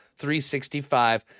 365